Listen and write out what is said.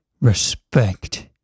Respect